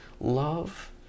love